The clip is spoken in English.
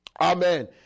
Amen